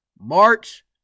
March